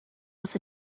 was